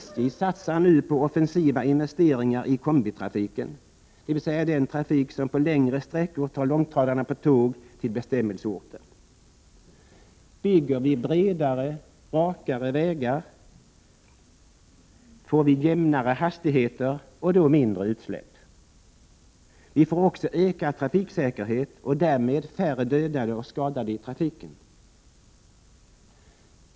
SJ satsar nu på offensiva investeringar i kombitrafiken, dvs. den trafik som på längre sträckor tar långtradarna på tåg till bestämmelseorten. Bygger vi bredare, rakare vägar får vi jämnare hastigheter och då mindre utsläpp — vi får också ökad trafiksäkerhet och därmed färre dödade och skadade i trafiken.